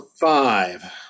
five